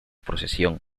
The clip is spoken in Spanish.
procesión